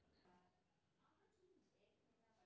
నేను ఏకీకృతం కావాలో లేదో ఎలా తెలుసుకోవచ్చు?